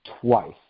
twice